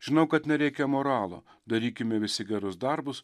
žinau kad nereikia moralo darykime visi gerus darbus